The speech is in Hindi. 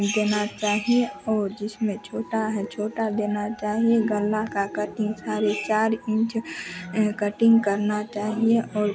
देना चाहिए और जिसमें छोटा है छोटा देना चाहिए गला की कटिन्ग साढ़े चार इन्च कटिन्ग करनी चाहिए और